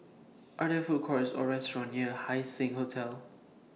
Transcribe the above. Are There Food Courts Or restaurants near Haising Hotel